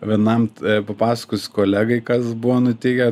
vienam papasakosiu kolegai kas buvo nutikę